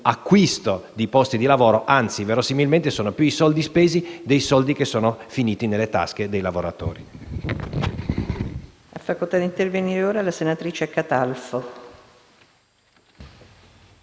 acquisto di posti di lavoro. Verosimilmente sono più i soldi spesi dei soldi finiti nelle tasche dei lavoratori.